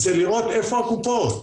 זה לראות איפה הקופות.